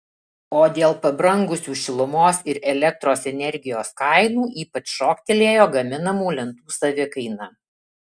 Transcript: o dėl pabrangusių šilumos ir elektros energijos kainų ypač šoktelėjo gaminamų lentų savikaina